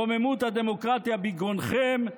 רוממות הדמוקרטיה בגרונכם,